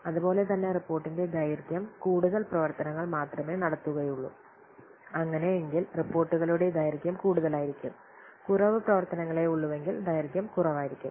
അതുപോലെ തന്നെ റിപ്പോർട്ടിന്റെ ദൈർഘ്യം കൂടുതൽ പ്രവർത്തനങ്ങൾ മാത്രമേ നടത്തുകയുള്ളൂ അങ്ങനെ എങ്കിൽ റിപ്പോർട്ടുകളുടെ ദൈർഘ്യം കൂടുതൽ ആയിരിക്കും കുറവ് പ്രവർത്തനങ്ങളെ ഉള്ളുവെങ്കിൽ ദൈർഘ്യം കുറവായിരിക്കും